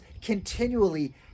continually